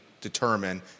Determine